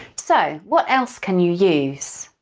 so, what else can you use?